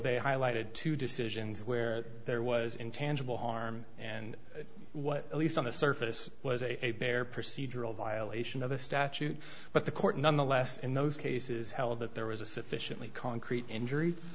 they highlighted two decisions where there was intangible harm and what at least on the surface was a bare procedural violation of the statute but the court nonetheless in those cases held that there was a sufficiently concrete injur